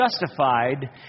justified